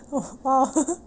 oh !wow!